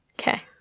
Okay